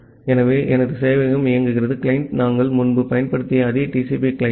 ஆகவே எனது சேவையகம் இயங்குகிறது கிளையன்ட் நாங்கள் முன்பு பயன்படுத்திய அதே TCP கிளையண்ட்